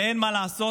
ואין מה לעשות.